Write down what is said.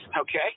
Okay